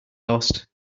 lost